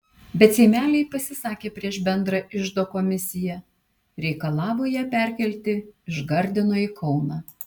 bet seimeliai pasisakė prieš bendrą iždo komisiją reikalavo ją perkelti iš gardino į kauną